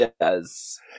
Yes